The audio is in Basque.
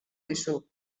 dizu